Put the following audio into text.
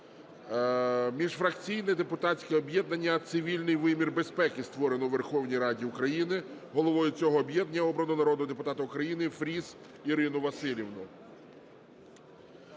Міжфракційне депутатське об'єднання "Цивільний вимір безпеки" створено у Верховній Раді України. Головою цього об'єднання обраного народного депутата України Фріз Ірину Василівну.